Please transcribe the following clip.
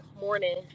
morning